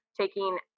taking